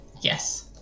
yes